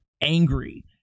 angry